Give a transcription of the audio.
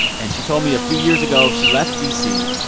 and she told me a few years ago, she left d c,